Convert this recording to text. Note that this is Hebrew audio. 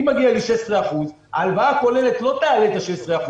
אם מגיע לי 16%, ההלוואה הכוללת לא תעלה את ה-16%.